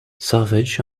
savage